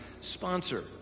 sponsor